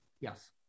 Yes